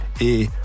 Et